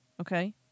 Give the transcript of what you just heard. Okay